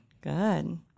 Good